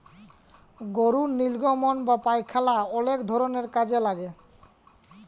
গরুর লির্গমল বা পায়খালা অলেক ধরলের কাজে লাগে